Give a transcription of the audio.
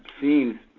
seems